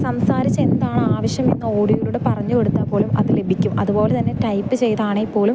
സംസാരിച്ച് എന്താണാവശ്യം എന്നോഡിയോലൂടെ പറഞ്ഞ് കൊടുത്താൽ പോലും അത് ലഭിക്കും അത്പോലെ തന്നെ ടൈപ്പ് ചെയ്താണേൽ പോലും